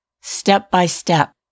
step-by-step